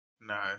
No